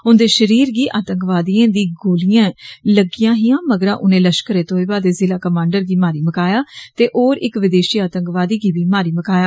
उनदे षरीर गी आतंकवादिएं गी गोलियां लगियां हियां मगरा उनें लष्करे तोयबा दे जिला कमाण्डर गी मारी मकाया ते होर इक विदेषी आतंवकादी गी बी मारी मकाया